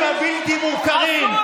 שליישובים הבלתי-מוכרים, אסור,